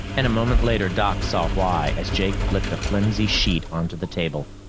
and a moment later, doc saw why as jake flipped a flimsy sheet onto the table.